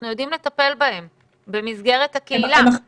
אנחנו יודעים לטפל בהם במסגרת הקהילה,